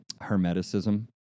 Hermeticism